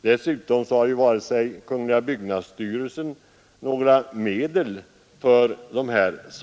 Dessutom har byggnadsstyrelsen inte några medel härför.